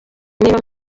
niba